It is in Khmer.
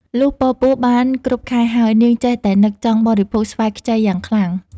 លុះពរពោះបានគ្រប់ខែហើយ នាងចេះតែនឹកចង់បរិភោគស្វាយខ្ចីយ៉ាងខ្លាំង។